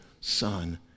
son